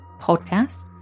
podcast